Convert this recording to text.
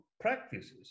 practices